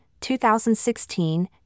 2016